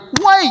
wait